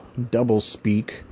doublespeak